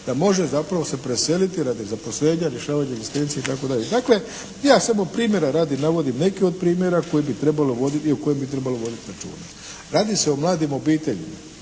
da može zapravo se preseliti radi zaposlenja, rješavanje egzistencije itd. Dakle ja samo primjera radi navodim neke od primjera o kojima bi trebalo voditi računa. Radi se o mladim obiteljima.